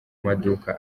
maduka